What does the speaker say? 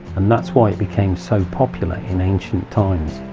and that's why it became so popular in ancient times.